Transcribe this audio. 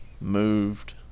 moved